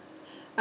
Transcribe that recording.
uh